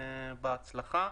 בהצלחה.